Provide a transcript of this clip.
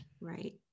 Right